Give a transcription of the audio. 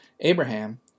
Abraham